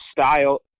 style –